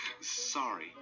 Sorry